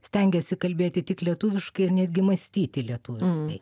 stengiasi kalbėti tik lietuviškai ir netgi mąstyti lietuviškai